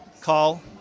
call